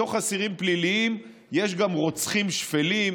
בתוך אסירים פליליים יש גם רוצחים שפלים,